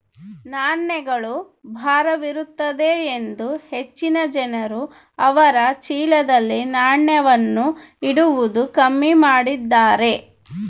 ನಾಣ್ಯಗಳು ಭಾರವಿರುತ್ತದೆಯೆಂದು ಹೆಚ್ಚಿನ ಜನರು ಅವರ ಚೀಲದಲ್ಲಿ ನಾಣ್ಯವನ್ನು ಇಡುವುದು ಕಮ್ಮಿ ಮಾಡಿದ್ದಾರೆ